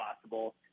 possible